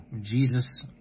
Jesus